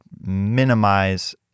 minimize